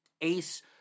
Ace